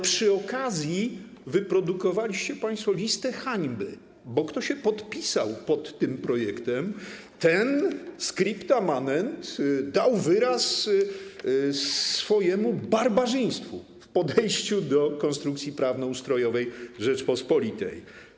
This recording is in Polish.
Przy okazji wyprodukowaliście państwo listę hańby, bo kto się podpisał pod tym projektem - scripta manent, ten dał wyraz swojemu barbarzyństwu w podejściu do konstrukcji prawnoustrojowej Rzeczypospolitej.